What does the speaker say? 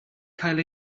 cael